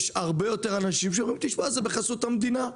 יש הרבה יותר אנשים שאומרים: זה בחסות המדינה.